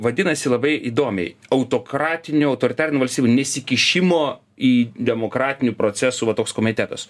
vadinasi labai įdomiai autokratinių autoritarinių valstybių nesikišimo į demokratinių procesų va toks komitetas